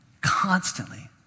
Constantly